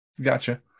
Gotcha